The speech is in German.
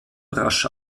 rasch